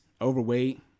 overweight